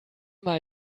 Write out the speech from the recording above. mal